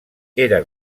era